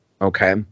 Okay